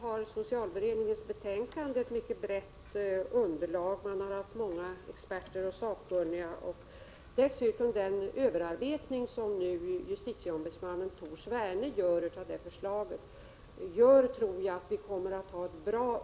En utredning inom socialstyrelsen har visat på det stora behovet av ytterligare thoraxoperationer.